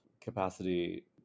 capacity